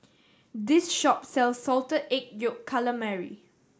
this shop sells Salted Egg Yolk Calamari